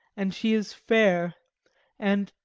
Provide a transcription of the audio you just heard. and she is fair and,